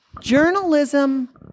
journalism